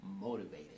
Motivated